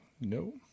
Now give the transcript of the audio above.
No